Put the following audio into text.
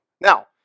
Now